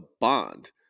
bond